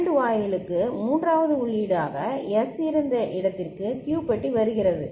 AND வாயிலுக்கு மூன்றாவது உள்ளீடாக எஸ் இருந்த இடத்திற்கு Q பட்டி வருகிறது